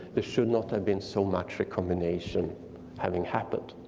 there should not have been so much recombination having happened.